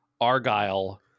argyle